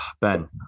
Ben